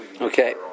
okay